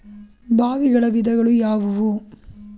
ಬಾವಿಗಳ ವಿಧಗಳು ಯಾವುವು?